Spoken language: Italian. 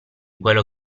quello